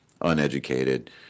uneducated